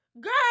girl